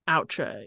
Outro